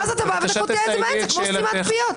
ואז אתה בא וקוטע את זה באמצע כמו סתימת פיות,